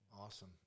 Awesome